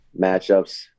matchups